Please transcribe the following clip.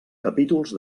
capítols